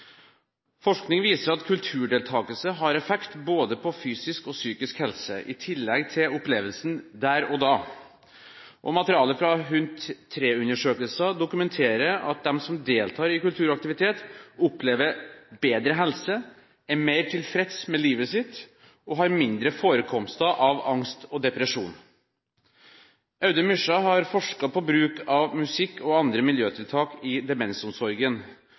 Forskning viser at kulturdeltakelse har effekt på både fysisk og psykisk helse, i tillegg til opplevelsen der og da. Materiale fra HUNT 3-undersøkelsen dokumenterer at de som deltar i kulturaktivitet, opplever bedre helse, er mer tilfreds med livet sitt og har mindre forekomster av angst og depresjon. Audun Myskja har forsket på bruk av musikk og andre miljøtiltak i demensomsorgen,